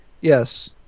Yes